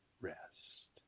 rest